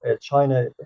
China